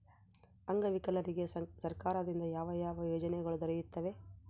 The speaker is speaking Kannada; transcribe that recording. ಅಂಗವಿಕಲರಿಗೆ ಸರ್ಕಾರದಿಂದ ಯಾವ ಯಾವ ಯೋಜನೆಗಳು ದೊರೆಯುತ್ತವೆ?